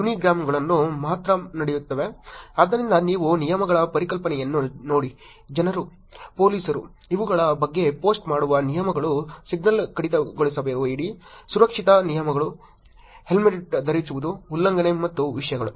ಆದ್ದರಿಂದ ನೀವು ನಿಯಮಗಳ ಪರಿಕಲ್ಪನೆಯನ್ನು ನೋಡಿ ಜನರು ಪೊಲೀಸರು ಇವುಗಳ ಬಗ್ಗೆ ಪೋಸ್ಟ್ ಮಾಡುವ ನಿಯಮಗಳು ಸಿಗ್ನಲ್ ಕಡಿತಗೊಳಿಸಬೇಡಿ ಸುರಕ್ಷತಾ ನಿಯಮಗಳು ಹೆಲ್ಮೆಟ್ ಧರಿಸುವುದು ಉಲ್ಲಂಘನೆ ಮತ್ತು ವಿಷಯಗಳು